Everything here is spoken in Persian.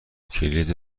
کلید